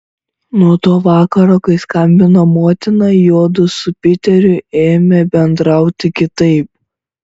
nuo to vakaro kai skambino motina juodu su piteriu ėmė bendrauti kitaip